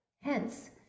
Hence